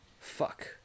fuck